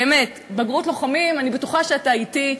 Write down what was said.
באמת, בגרות לוחמים, אני בטוחה שאתה אתי.